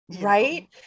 Right